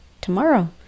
tomorrow